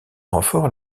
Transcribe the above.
renforts